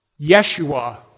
Yeshua